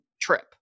trip